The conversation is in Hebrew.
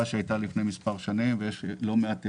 שהייתה לפני מספר שנים ויש לא מעט אירועים,